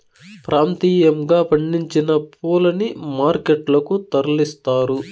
ప్రాంతీయంగా పండించిన పూలని మార్కెట్ లకు తరలిస్తారు